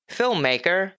filmmaker